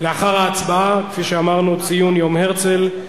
לאחר ההצבעה, כפי שאמרנו, ציון יום הרצל.